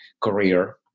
career